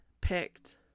picked